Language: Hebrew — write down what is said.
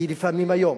היום.